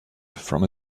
from